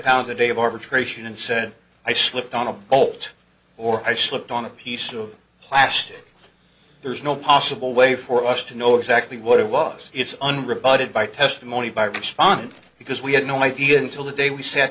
of arbitration and said i slipped on a bolt or i slipped on a piece of plastic there's no possible way for us to know exactly what it was it's unrebutted by testimony by responding because we had no idea until the day we sat